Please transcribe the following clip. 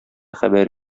хәбәр